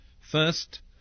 First